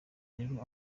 rero